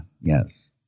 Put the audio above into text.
yes